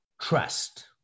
trust